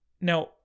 Now